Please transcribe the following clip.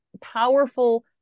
powerful